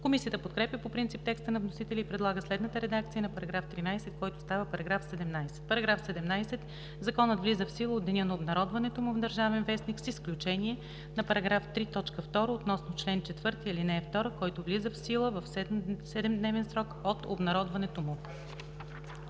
Комисията подкрепя по принцип текста на вносителя и предлага следната редакция на § 13, който става § 17: „§ 17. Законът влиза в сила от деня на обнародването му в „Държавен вестник“, с изключение на § 3, т. 2 относно чл. 4, ал. 2, който влиза в сила в 7-дневен срок от обнародването му.“